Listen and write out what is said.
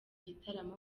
gitaramo